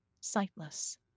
sightless